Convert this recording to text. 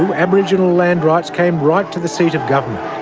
and aboriginal land rights came right to the seat of government.